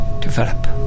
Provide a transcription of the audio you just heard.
develop